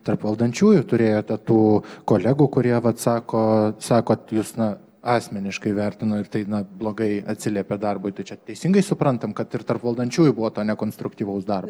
tarp valdančiųjų turėjote tų kolegų kurie vat sako sakot jūs na asmeniškai vertino ir tai na blogai atsiliepė darbui tai čia teisingai suprantam kad ir tarp valdančiųjų buvo to nekonstruktyvaus darbo